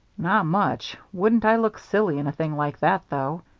not much. wouldn't i look silly in a thing like that, though?